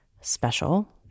special